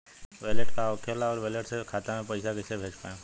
Wallet का होखेला और वैलेट से खाता मे पईसा कइसे भेज पाएम?